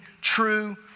true